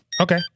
okay